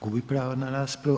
Gubi pravo na raspravu.